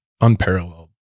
unparalleled